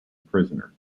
prisoner